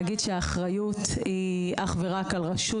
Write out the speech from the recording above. אי אפשר להגיד שהאחריות היא רק על רשות